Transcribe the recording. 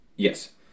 Yes